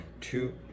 two